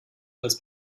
als